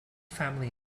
family